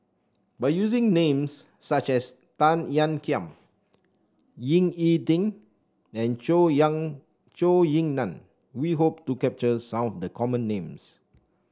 by using names such as Tan Ean Kiam Ying E Ding and Zhou Yang Zhou Ying Nan we hope to capture some of the common names